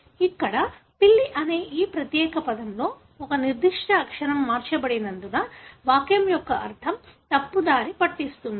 ఇక్కడ పిల్లి అనే ఈ ప్రత్యేక పదంలో ఒక నిర్దిష్ట అక్షరం మార్చబడినందున వాక్యం యొక్క అర్థం తప్పుదారి పట్టిస్తుంది